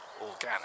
organic